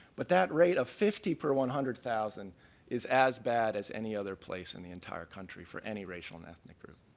but that rate of fifty per one hundred thousand is as bad as any other place in the entire country for any racial and ethnic group.